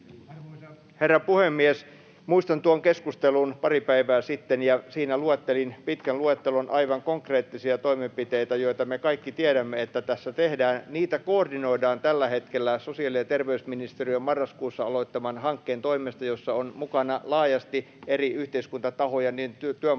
herra puhemies! Muistan tuon keskustelun pari päivää sitten. Siinä luettelin pitkän luettelon aivan konkreettisia toimenpiteitä, joista me kaikki tiedämme, että niitä tässä tehdään. Niitä koordinoidaan tällä hetkellä sosiaali- ja terveysministeriön marraskuussa aloittamassa hankkeessa, jossa on mukana laajasti eri yhteiskuntatahoja, työmarkkinaosapuolia